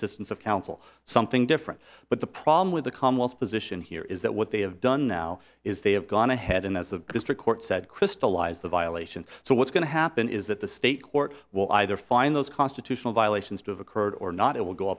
assistance of counsel something different but the problem with the commons position here is that what they have done now is they have gone ahead and as of this trick court said crystallize the violation so what's going to happen is that the state court will either find those constitutional violations to have occurred or not it will go